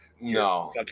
no